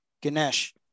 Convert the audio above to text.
Ganesh